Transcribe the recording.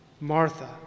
Martha